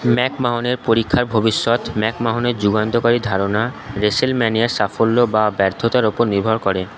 ম্যাকমাহনের পরীক্ষায় ভবিষ্যৎ ম্যাকমাহনের যুগান্তকারী ধারণা রেসেলম্যানিয়ার সাফল্য বা ব্যর্থতার ওপর নির্ভর করে